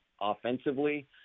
offensively